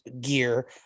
gear